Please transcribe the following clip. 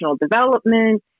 development